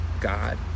God